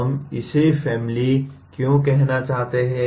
हम इसे फैमिली क्यों कहना चाहते हैं